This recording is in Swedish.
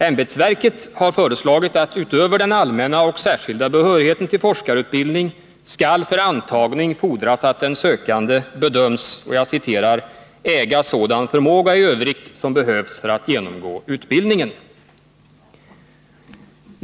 Ämbetsverket har : föreslagit att utöver den allmänna och särskilda behörigheten till forskarutbildning skall för antagning fordras att den sökande bedöms ”äga sådan förmåga i övrigt som behövs för att genomgå utbildningen”.